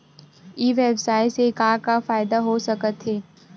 ई व्यवसाय से का का फ़ायदा हो सकत हे?